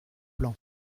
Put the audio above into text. plans